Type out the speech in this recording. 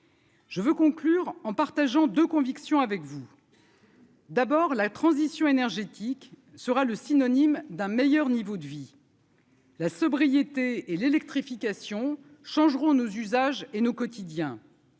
Je veux conclure en partageant de conviction avec vous. Thierry. D'abord la transition énergétique sera le synonyme d'un meilleur niveau de vie. La sobriété et l'électrification changeront nos usages et nos quotidiens,